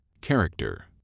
Character